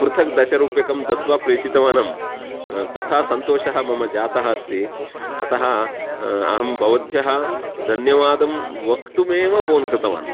पृथक् दशरूप्यकं दत्वा प्रेषितवान् तथा सन्तोषः मम जातः अस्ति अतः अहं भवद्भ्यः धन्यवादं वक्तुमेव फ़ोन् कृतवान्